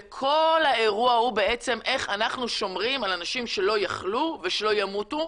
וכל האירוע הוא בעצם איך אנחנו שומרים על אנשים שלא יחלו ושלא ימותו,